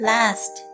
Last